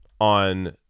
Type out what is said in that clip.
on